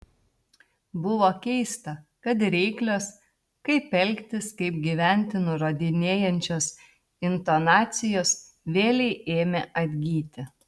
buvo keista kad reiklios kaip elgtis kaip gyventi nurodinėjančios intonacijos vėlei ėmė atgyti